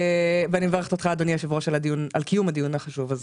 ואני מברכת אותך אדוני היושב-ראש על קיום הדיון החשוב הזה.